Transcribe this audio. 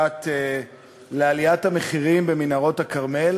שבמסגרתו יינתן המגוון הרחב של שירותי הרפואה